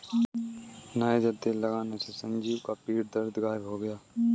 niger तेल लगाने से संजीव का पीठ दर्द गायब हो गया